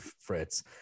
Fritz